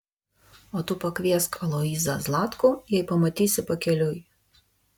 o tu pakviesk aloyzą zlatkų jei pamatysi pakeliui